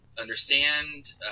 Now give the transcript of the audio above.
understand